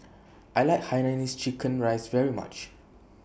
I like Hainanese Chicken Rice very much